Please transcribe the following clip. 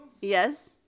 Yes